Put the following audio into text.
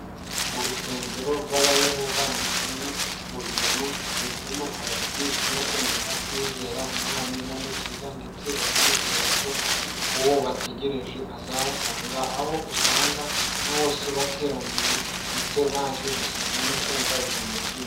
Urusengero rw'Abayehova ni kimwe mu bintu bituma abakirisito bakomeza kwizera umwami n'umukiza, ndetse bakizera ko uwo bategereje azabasanga, aho usanga bose bateraniye ndetse baje gusenga no kumva ijambo ry'Imana.